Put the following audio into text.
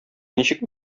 ничек